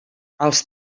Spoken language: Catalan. els